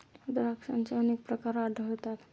द्राक्षांचे अनेक प्रकार आढळतात